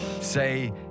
Say